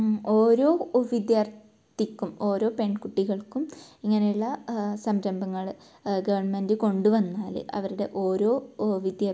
ഓരോ വിദ്യാർത്ഥിക്കും ഓരോ പെൺകുട്ടികൾക്കും ഇങ്ങനെയുള്ള സംരംഭങ്ങൾ ഗവൺമെൻറ് കൊണ്ടു വന്നാൽ അവരുടെ ഓരോ ഓ വിദ്യാഭ്യാസം